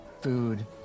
food